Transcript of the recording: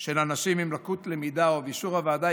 של אנשים עם לקות למידה ובאישור הוועדה,